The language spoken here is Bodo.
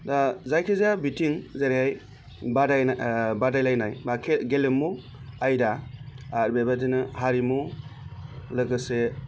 दा जायखिजाया बिथिं जेरैहाय बादायनाय बादायलायनाय बा गेलेमु आयदा बेबायदिनो हारिमु लोगोसे